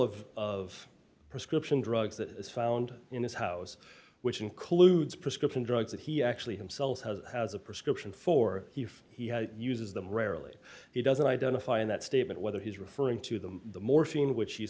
of of prescription drugs that is found in his house which includes prescription drugs that he actually himself has has a prescription for if he had uses them rarely he doesn't identify in that statement whether he's referring to them the morphine which he's